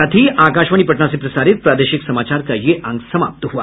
इसके साथ ही आकाशवाणी पटना से प्रसारित प्रादेशिक समाचार का ये अंक समाप्त हुआ